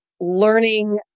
learning